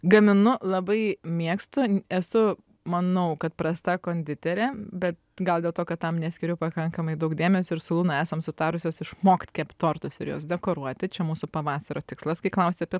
gaminu labai mėgstu esu manau kad prasta konditerė be gal dėl to kad tam neskiriu pakankamai daug dėmesio ir su luna esam sutarusios išmokt kept tortus ir juos dekoruoti čia mūsų pavasario tikslas kai klausi apie